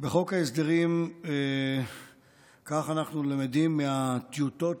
כך אנחנו למדים מהטיוטה